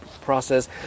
process